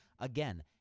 Again